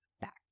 back